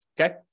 okay